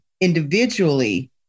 individually